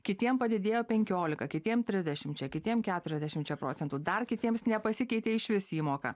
kitiem padidėjo penkiolika kitiem trisdešimčia kitiem keturiasdešimčia procentų dar kitiems nepasikeitė išvis įmoka